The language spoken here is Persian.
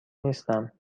نیستم